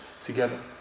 together